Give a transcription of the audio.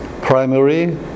primary